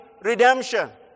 redemption